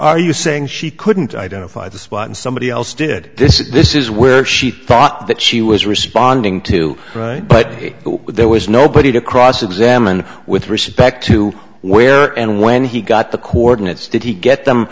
are you saying she couldn't identify the spot and somebody else did this is this is where she thought that she was responding to but there was nobody to cross examine with respect to where and when he got the coordinates did he get them